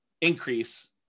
increase